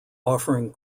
offering